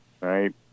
right